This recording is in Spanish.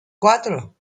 cuatro